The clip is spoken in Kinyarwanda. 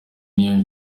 niyo